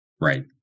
right